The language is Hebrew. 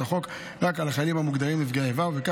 החוק רק על החיילים המוגדרים נפגעי איבה,